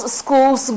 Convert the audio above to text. schools